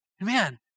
Man